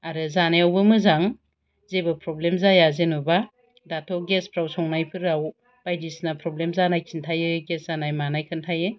आरो जानायावबो मोजां जेबो प्रब्लेम जाया जेनेबा दाथ' गेसफोराव संनायफोराव बायदिसिना प्रब्लेम जानाय खिन्थायो गेस जानाय मानाय खिन्थायो